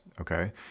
okay